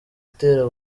itera